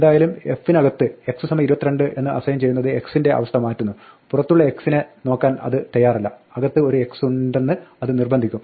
എന്തായാലും f നകത്ത് x 22 എന്ന് അസൈൻ ചെയ്യുന്നത് x ന്റെ അവസ്ഥ മാറ്റുന്നു പുറത്തുള്ള x നെ നോക്കാൻ അത് തയ്യാറല്ല അകത്ത് ഒരു x ഉണ്ടെന്ന് അത് നിർബന്ധിക്കും